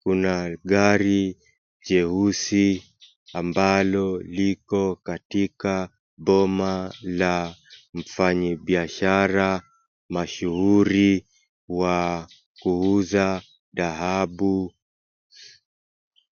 Kuna gari jeusi ambalo liko katika boma la mfanyibiashara mashuhuri wa kuuza dhahabu.